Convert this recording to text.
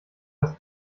das